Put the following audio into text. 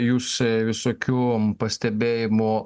jūs visokių pastebėjimų